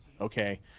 okay